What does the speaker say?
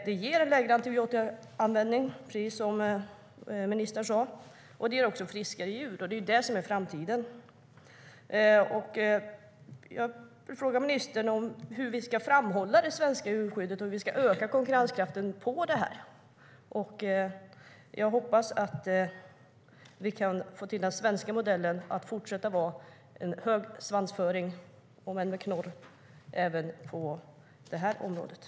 Det ger lägre antibiotikaanvändning, precis som ministern sa, och det ger friskare djur. Det är det som är framtiden.